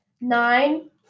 Nine